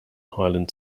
highland